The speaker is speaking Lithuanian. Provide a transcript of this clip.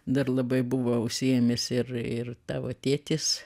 dar labai buvo užsiėmęs ir ir tavo tėtis